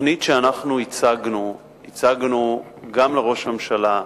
התוכנית שאנחנו הצגנו, הצגנו גם לראש הממשלה,